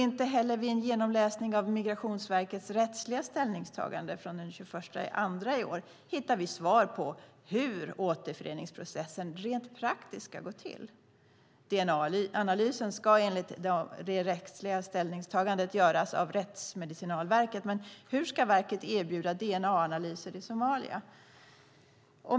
Inte heller vid en genomläsning av Migrationsverkets rättsliga ställningstagande från den 21 februari i år hittar vi svar på hur återföreningsprocessen rent praktiskt ska gå till. Dna-analysen ska enligt det rättsliga ställningstagandet göras av Rättsmedicinalverket, men hur ska verket erbjuda dna-analyser i Somalia?